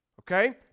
Okay